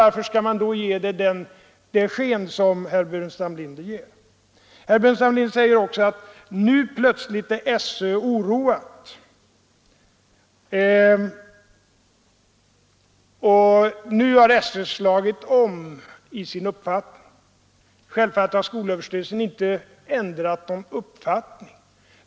Varför skall man då framföra hennes ord i det sken som herr Burenstam Linder ger? Herr Burenstam Linder säger också att skolöverstyrelsen nu plötsligt är oroad och har slagit om i sin uppfattning. Självfallet har skolöverstyrelsen inte ändrat någon uppfattning.